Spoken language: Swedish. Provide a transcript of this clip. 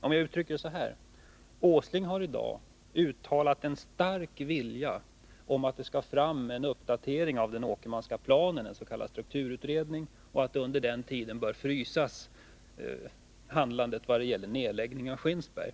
Låt mig uttrycka det så här: Nils Åsling har i dag uttalat en stark vilja att det skall fram en uppdatering av den Åkermanska planen, en s.k. strukturutredning, och att under tiden bör handlandet frysas vad gäller nedläggning av Skinnskatteberg.